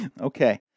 Okay